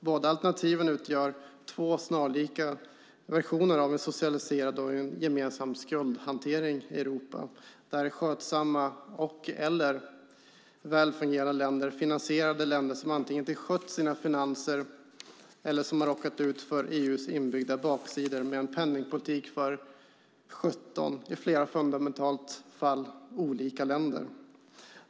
Båda alternativen utgör två snarlika versioner av en socialiserad och gemensam skuldhantering i Europa, där skötsamma och välfungerande länder finansierar de länder som antingen inte skött sina finanser eller som har råkat ut för EMU:s inbyggda baksidor med en penningpolitik för 17 olika, i flera fall fundamentalt olika, länder.